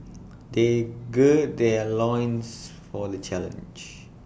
they gird their loins for the challenge